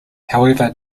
however